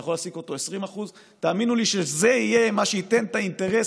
אתה יכול להעסיק אותו 20% תאמינו לי שזה יהיה מה שייתן את האינטרס